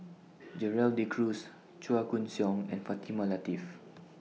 Gerald De Cruz Chua Koon Siong and Fatimah Lateef